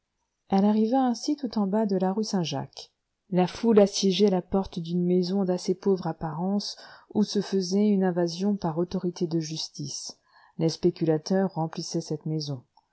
elle arriva ainsi tout au bas de la rue saint-jacques la foule assiégeait la porte d'une maison d'assez pauvre apparence où se faisait une invasion par autorité de justice les spéculateurs remplissaient cette maison